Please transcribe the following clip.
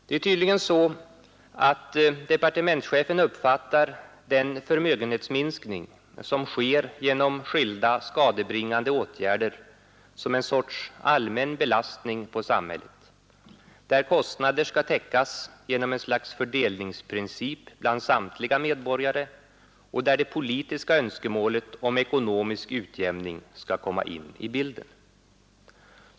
Det är tydligen så, att departementschefen uppfattar den förmögenhetsminskning som sker genom skilda skadebringande åtgärder som en sorts allmän belastning på samhället, där kostnader skall täckas genom en slags fördelningsprincip bland samtliga medborgare och där det politiska önskemålet om ekonomisk utjämning skall komma in i bilden.